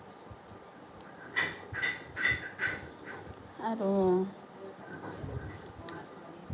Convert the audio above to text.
আৰু